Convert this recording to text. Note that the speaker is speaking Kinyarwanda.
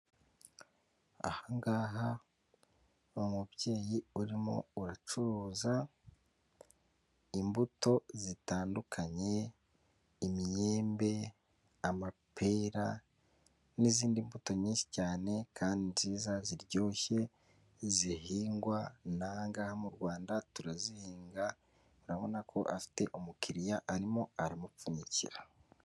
Ahangaha umubyeyi urimo uracuruza imbuto zitandukanye; imyembe, amapera n'izindi mbuto nyinshi cyane kandi nziza ziryoshye zihingwa n'ahangaha mu Rwanda turazihinga, urabona ko afite umukiriya arimo aramupfunyikira.